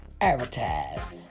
advertise